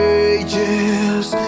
ages